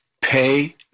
pay